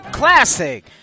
Classic